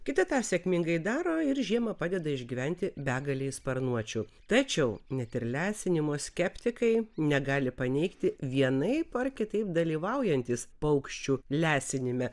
kiti tą sėkmingai daro ir žiemą padeda išgyventi begalei sparnuočių tačiau net ir lesinimo skeptikai negali paneigti vienaip ar kitaip dalyvaujantys paukščių lesinime